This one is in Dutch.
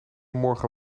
morgen